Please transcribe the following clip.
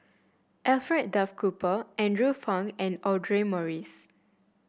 Alfred Duff Cooper Andrew Phang and Audra Morrice